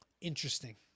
Interesting